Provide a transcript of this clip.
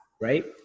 right